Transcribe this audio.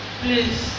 please